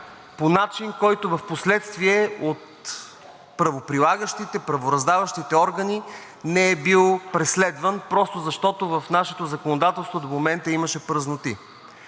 по начин, който впоследствие от правоприлагащите, правораздаващите органи не е бил преследван, просто защото в нашето законодателство до момента имаше празноти.